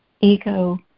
ego